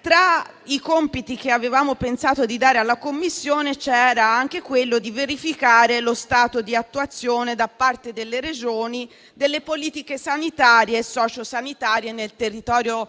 tra i compiti che avevamo pensato di dare alla Commissione c'era anche quello di verificare lo stato di attuazione da parte delle Regioni delle politiche sanitarie e sociosanitarie nel territorio